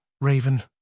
Raven